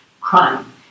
crime